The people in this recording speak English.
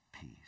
peace